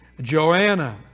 Joanna